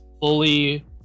fully